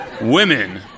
women